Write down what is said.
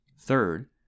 Third